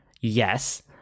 yes